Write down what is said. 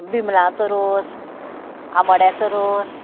बिमलांचो रोस आमोड्याचो रोस